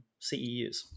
CEUs